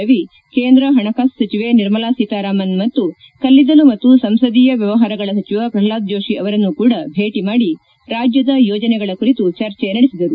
ರವಿ ಕೇಂದ್ರ ಹಣಕಾಸು ಸಚಿವೆ ನಿರ್ಮಲಾ ಸೀತಾರಾಮನ್ ಹಾಗೂ ಕಲ್ಲಿದ್ದಲು ಮತ್ತು ಸಂಸದೀಯ ವ್ಯವಹಾರಗಳ ಸಚಿವ ಪ್ರಲ್ಡಾದ ಜೋಶಿ ಅವರನ್ನೂ ಕೂಡ ಭೇಟಿ ಮಾದಿ ರಾಜ್ಯದ ಯೋಜನೆಗಳ ಕುರಿತು ಚರ್ಚೆ ನಡೆಸಿದರು